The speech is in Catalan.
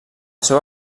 seu